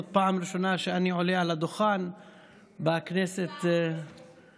זאת פעם ראשונה שאני עולה על הדוכן בכנסת הזאת,